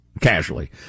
casually